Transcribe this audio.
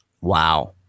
Wow